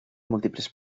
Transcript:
múltiples